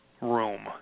room